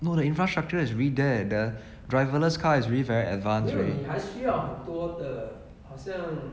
no the infrastructure is already there the driverless car is really very advanced already